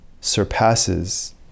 surpasses